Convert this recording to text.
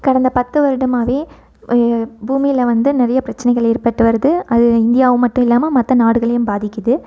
கடந்த பத்து வருடமாவே பூமியில் வந்து நிறைய பிரச்சனைகள் ஏற்பட்டு வருது அது இந்தியாவை மட்டும் இல்லாமல் மற்ற நாடுகளையும் பாதிக்குது